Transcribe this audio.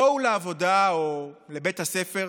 בואו לעבודה או לבית הספר,